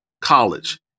college